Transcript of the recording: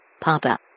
Papa